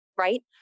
Right